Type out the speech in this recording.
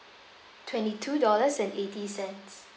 twenty-two dollars and eighty cents